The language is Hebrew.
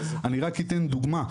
אני רק אתן דוגמא,